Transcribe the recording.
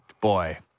Boy